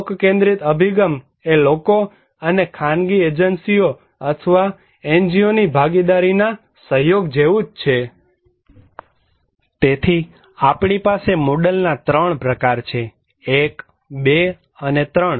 લોક કેન્દ્રિત અભિગમ એ લોકો અને ખાનગી એજન્સીઓ અથવા NGOની ભાગીદારી ના સહયોગ જેવું છે તેથી આપણી પાસે મોડેલના 3 પ્રકાર છે12 અને 3